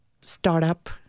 startup